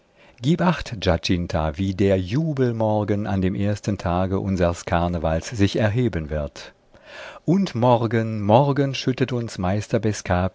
gib acht giacinta wie der jubel morgen an dem ersten tage unsers karnevals sich erheben wird und morgen morgen schüttet uns